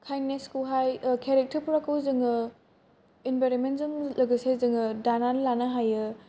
kindness खौ हाय character फोरखौ जोंयो एनबायरन्टमेन्ट जों लोगोसे जोङो दाना लानो हायो